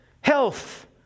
health